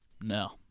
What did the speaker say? No